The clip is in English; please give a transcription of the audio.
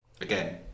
again